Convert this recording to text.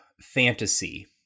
fantasy